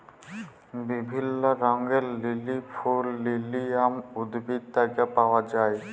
বিভিল্য রঙের লিলি ফুল লিলিয়াম উদ্ভিদ থেক্যে পাওয়া যায়